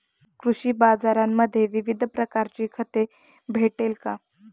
कृषी बाजारांमध्ये विविध प्रकारची खते भेटेल का?